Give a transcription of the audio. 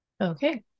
Okay